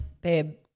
babe